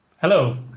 Hello